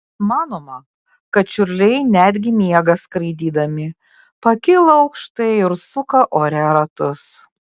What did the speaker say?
manoma kad čiurliai netgi miega skraidydami pakyla aukštai ir suka ore ratus